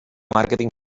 màrqueting